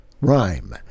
rhyme